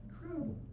Incredible